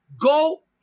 go